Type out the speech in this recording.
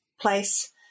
place